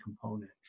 component